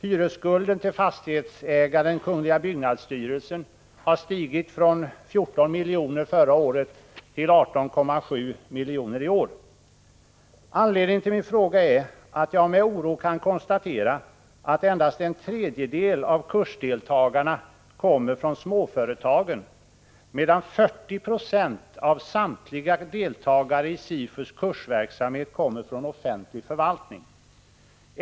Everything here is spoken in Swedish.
Hyresskulden till fastighetsägaren, kungl. byggnadsstyrelsen, har stigit från 14 miljoner förra året till 18,7 miljoner i år. Anledningen till min fråga är att jag med oro kan konstatera att endast en tredjedel av kursdeltagarna kommer från småföretag, medan 40 90 av samtliga deltagare i SIFU:s kursverksamhet kommer från offentlig förvaltning.